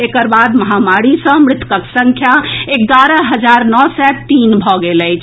एकर बाद महामारी सॅ मृतकक संख्या एगारह हजार नओ सय तीन भऽ गेल अछि